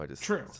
True